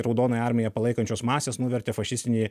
raudonąją armiją palaikančios masės nuvertė fašistinį